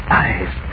eyes